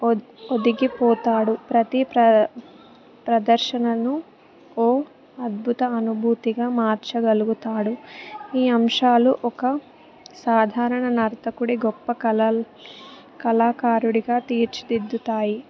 ఓద్ ఒదిగిపోతాడు ప్రతి ప్ర ప్రదర్శనను ఓ అద్భుత అనుభూతిగా మార్చగలుగుతాడు ఈ అంశాలు ఒక సాధారణ నర్తకుడిని గొప్ప కళ కళాకారుడిగా తీర్చిదిద్దుతాయి